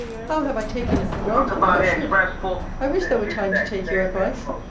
how have i taken it for granted that i should i wish there were time to take your advice.